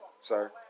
sir